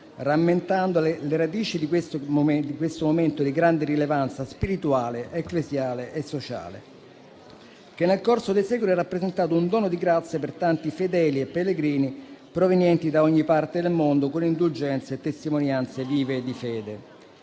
rammentando le radici di questo momento di grande rilevanza spirituale, ecclesiale e sociale, che nel corso dei secoli ha rappresentato un dono di grazia per tanti fedeli e pellegrini provenienti da ogni parte del mondo, con le indulgenze e testimonianze vive di fede.